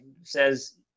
says –